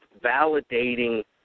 validating